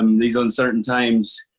um these uncertain times,